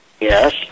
Yes